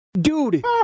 Dude